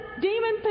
demon